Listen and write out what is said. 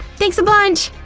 thanks a bunch!